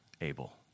Abel